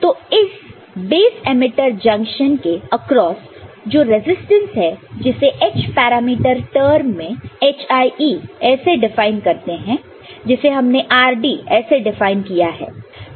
तो इस base emitter junction के अक्रोस जो रेजिस्टेंस है जिसे h पैरामीटर टर्म में hie ऐसे डिफाइन करते हैं जिसे हमने rd ऐसे डिफाइन किया है